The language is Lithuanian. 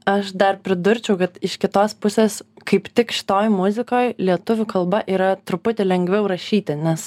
aš dar pridurčiau kad iš kitos pusės kaip tik šitoj muzikoj lietuvių kalba yra truputį lengviau rašyti nes